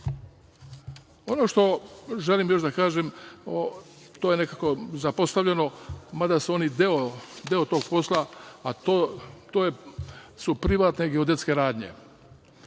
što želim još da kažem, to je nekako zapostavljeno, mada su oni deo tog posla, a to su privatne geodetske radnje.